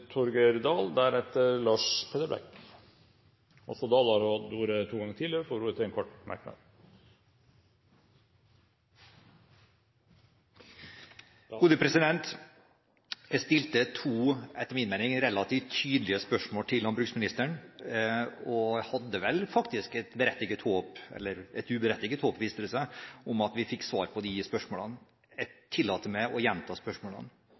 Torgeir Dahl har hatt ordet to ganger i debatten, og får ordet til en kort merknad, begrenset til 1 minutt. Jeg stilte to, etter min mening, relativt tydelige spørsmål til landbruksministeren, og jeg hadde vel faktisk et berettiget håp – et uberettiget håp, viste det seg – om at vi ville få svar på de spørsmålene. Jeg tillater meg å gjenta spørsmålene: